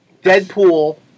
Deadpool